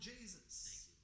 Jesus